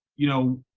you know,